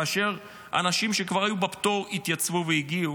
כאשר אנשים שכבר היו בפטור התייצבו והגיעו,